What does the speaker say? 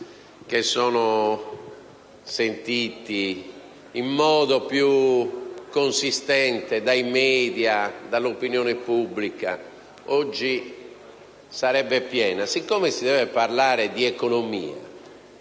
che sono sentiti in modo più consistente dai *media* e dall'opinione pubblica, oggi sarebbe piena. Siccome si deve parlare di economia,